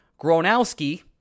Gronowski